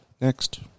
Next